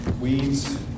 weeds